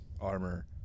armor